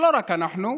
שלא רק אנחנו.